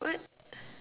what